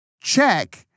check